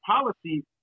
policy